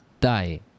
die